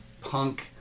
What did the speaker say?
punk